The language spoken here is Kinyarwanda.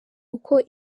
uko